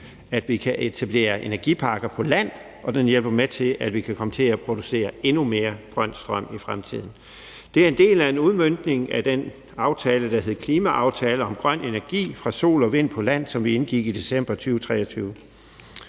at vi kan etablere energiparker på land, og det hjælper med til, at vi kan producere endnu mere grøn strøm i fremtiden. Det er en del af udmøntningen af den aftale, der hed »Klimaaftale om mere grøn energi fra sol og vind på land«, som vi indgik i december 2023.